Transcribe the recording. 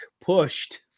pushed